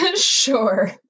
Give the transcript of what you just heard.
Sure